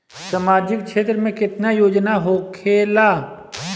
सामाजिक क्षेत्र में केतना योजना होखेला?